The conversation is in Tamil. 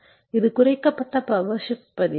இது குறைக்கப்பட்ட பவர் ஷிப்ட் பதிவு